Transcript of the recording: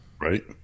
Right